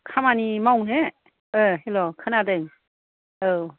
खामानि मावनो ओ हेल' खोनादों औ